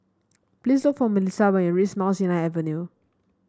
please look for Milissa when you reach Mount Sinai Avenue